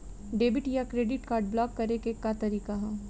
Debit या credit card block करे के का तरीका ह?